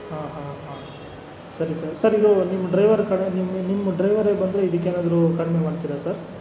ಹಾಂ ಹಾಂ ಹಾಂ ಸರಿ ಸರ್ ಸರ್ ಇದು ನಿಮ್ಮ ಡ್ರೈವರ್ ಕಡೆ ನಿಮ್ಮ ನಿಮ್ಮ ಡ್ರೈವರೇ ಬಂದರೆ ಇದಕ್ಕೇನಾದ್ರು ಕಡಿಮೆ ಮಾಡ್ತೀರಾ ಸರ್